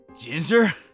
Ginger